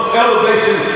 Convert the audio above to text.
elevation